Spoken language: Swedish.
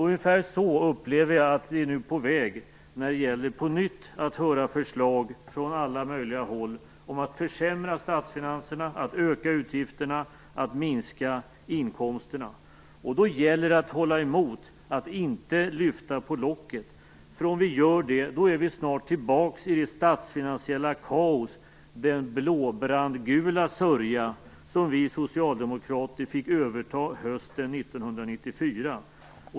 Ungefär så upplever jag att vi nu är på väg när det gäller att på nytt höra förslag från alla möjliga håll om att försämra statsfinanserna, öka utgifterna och minska inkomsterna. Då gäller det att hålla emot och att inte lyfta på locket. Om vi gör det är vi nämligen snart tillbaka i det statsfinansiella kaos, den blå-brandgula sörja, som vi socialdemokrater fick överta hösten 1994.